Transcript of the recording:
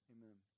Amen